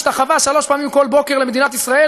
השתחווה שלוש פעמים כל בוקר למדינת ישראל.